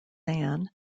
ann